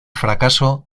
fracaso